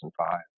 2005